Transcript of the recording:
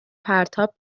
پرتاب